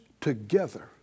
together